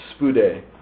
spude